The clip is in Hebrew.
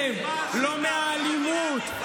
לא מהאלימות,